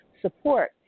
support